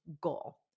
goal